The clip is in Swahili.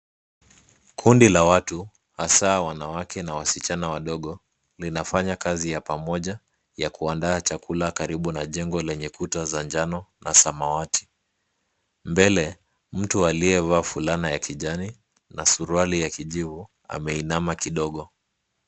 Kundi la watu, hasa wanawake na wasichana wadogo, linafanya kazi ya pamoja ya kuandaa chakula karibu na jengo lenye kuta za njano na samawati. Mbele mtu aliyevaa fulana ya kijani na suruali ya kijivu ameinama kidogo.